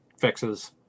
fixes